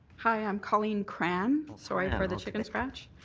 hi, i'm colleen cran, sorry for the chicken scratch.